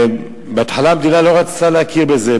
ובהתחלה המדינה לא רצתה להכיר בזה.